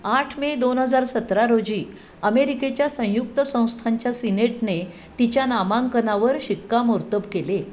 आठ मे दोन हजार सतरा रोजी अमेरिकेच्या संयुक्त संस्थांच्या सिनेटने तिच्या नामांकनावर शिक्कामोर्तब केले